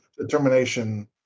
Determination